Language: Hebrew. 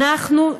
אנחנו,